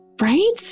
right